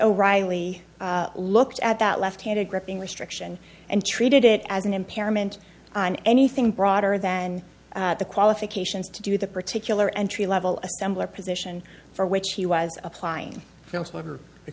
o'reilly looked at that left handed gripping restriction and treated it as an impairment on anything broader than the qualifications to do the particular entry level assembler position for which he was applying